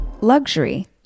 Luxury